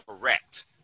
correct